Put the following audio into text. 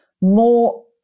more